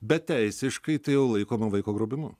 bet teisiškai tai jau laikoma vaiko grobimu